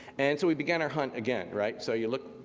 and so we began our hunt again right. so you look,